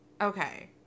Okay